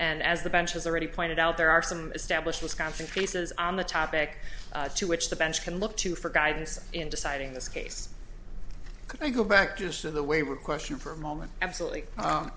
and as the bench as already pointed out there are some established wisconsin cases on the topic to which the bench can look to for guidance in deciding this case can i go back just to the way we're question for a moment absolutely